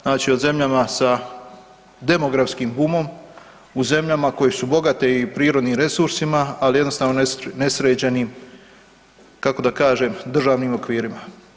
Znači o zemljama sa demografskim bumom u zemljama koje su bogate i prirodnim resursima, ali jednostavno nesređenim kako da kažem državnim okvirima.